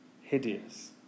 hideous